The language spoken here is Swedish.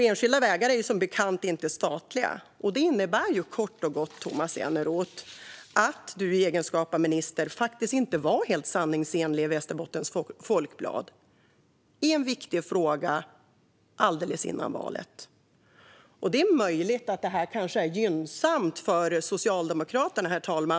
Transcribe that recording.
Enskilda vägar är som bekant inte statliga, och det innebär kort och gott att Tomas Eneroth i egenskap av minister faktiskt inte var helt sanningsenlig i Västerbottens Folkblad i en viktig fråga alldeles före valet. Det är möjligt att det här kanske är gynnsamt för Socialdemokraterna, herr talman.